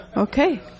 Okay